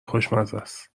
خوشمزست